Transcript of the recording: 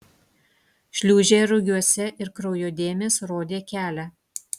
šliūžė rugiuose ir kraujo dėmės rodė kelią